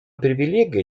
привилегия